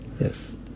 Yes